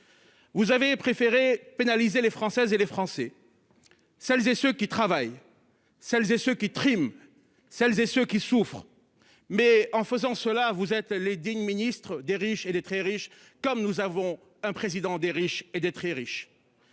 Vous avez préféré pénalisées, les Françaises et les Français. Celles et ceux qui travaillent, celles et ceux qui triment celles et ceux qui souffrent. Mais en faisant cela vous êtes les dignes Ministre des riches et des très riches, comme nous avons un président des riches et des très riches.